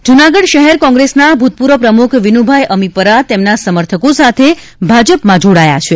ભાજપ જૂનાગઢ શહેર કોંગ્રેસના પ્રમુખ વિનુભાઇ અમીપરા તેમના સમર્થકો સાથે ભાજપમાં જોડાયા છે